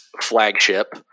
flagship